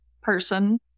person